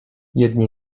jedni